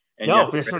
No